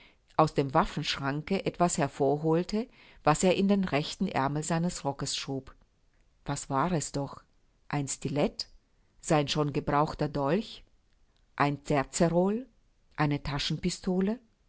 aus dem waffenschranke etwas hervorholte was er in den rechten aermel seines rockes schob was war es doch ein stilet sein schon gebrauchter dolch ein terzerol eine